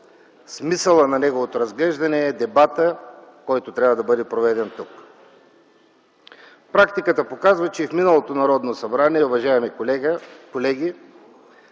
смисълът на неговото разглеждане е дебатът, който трябва да бъде проведен тук. Практиката показва, че и в миналото Народно събрание, обикновено